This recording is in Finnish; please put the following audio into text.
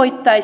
menettelyä